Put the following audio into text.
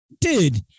dude